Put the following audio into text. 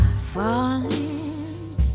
falling